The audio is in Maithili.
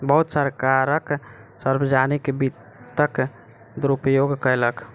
बहुत सरकार सार्वजनिक वित्तक दुरूपयोग कयलक